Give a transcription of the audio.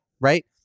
right